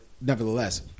nevertheless